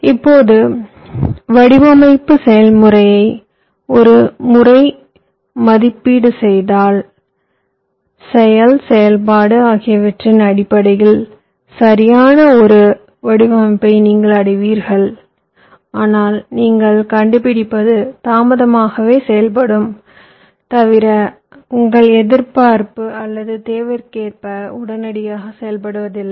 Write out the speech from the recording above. இப்போது வடிவமைப்பு செயல்முறையை ஒரு முறை மதிப்பீடு செய்தால் செயல் செயல்பாடு ஆகியவற்றின் அடிப்படையில் சரியான ஒரு வடிவமைப்பை நீங்கள் அடைவீர்கள் ஆனால் நீங்கள் கண்டுபிடிப்பது தாமதமாக செயல்படுமே தவிர உங்கள் எதிர்பார்ப்பு அல்லது தேவைக்கேற்ப உடனடியாக செயல்படுவதில்லை